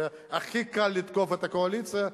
והכי קל לתקוף את הקואליציה,